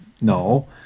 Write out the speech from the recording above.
no